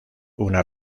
una